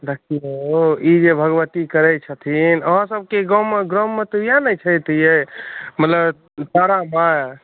देखियौ ई जे भगवती करैत छथिन अहाँसभके गाममे गाममे इएह ने छथि यै मतलब तारा माइ